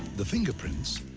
the fingerprints.